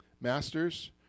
masters